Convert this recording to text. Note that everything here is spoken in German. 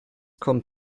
kommt